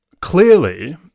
clearly